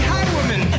Highwoman